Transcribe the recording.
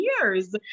years